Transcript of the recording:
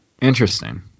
Interesting